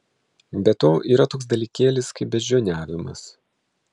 be to yra toks dalykėlis kaip beždžioniavimas